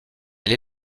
elle